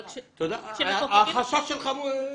אבל החשש שלך מוצדק.